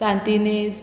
Santa Inez